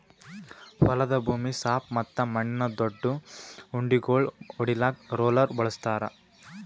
ಹೊಲದ ಭೂಮಿ ಸಾಪ್ ಮತ್ತ ಮಣ್ಣಿನ ದೊಡ್ಡು ಉಂಡಿಗೋಳು ಒಡಿಲಾಕ್ ರೋಲರ್ ಬಳಸ್ತಾರ್